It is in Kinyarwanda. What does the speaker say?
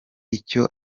icyo